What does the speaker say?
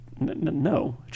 no